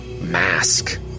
mask